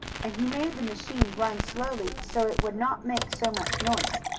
and he made the machine run slowly, so it would not make so much noise.